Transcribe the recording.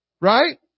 Right